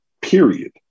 period